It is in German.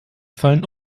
fallen